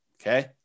Okay